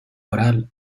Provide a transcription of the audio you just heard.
oral